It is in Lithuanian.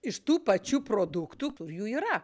iš tų pačių produktų kur jų yra